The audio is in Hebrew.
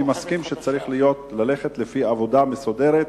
אני מסכים שצריך ללכת לפי עבודה מסודרת,